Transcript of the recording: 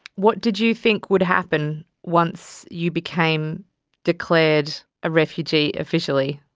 what did you think would happen once you became declared a refugee officially?